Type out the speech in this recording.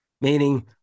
meaning